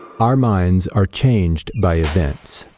our minds are changed by events.